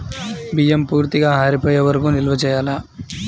బియ్యం పూర్తిగా ఆరిపోయే వరకు నిల్వ చేయాలా?